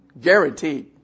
Guaranteed